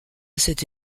cette